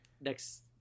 Next